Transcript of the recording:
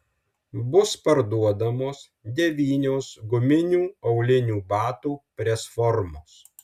bus parduodamos devynios guminių aulinių batų presformos